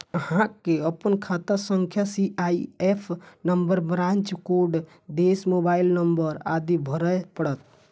अहां कें अपन खाता संख्या, सी.आई.एफ नंबर, ब्रांच कोड, देश, मोबाइल नंबर आदि भरय पड़त